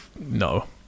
no